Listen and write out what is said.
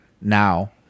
now